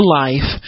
life